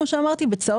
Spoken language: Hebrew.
זה אתם רואים בצהוב.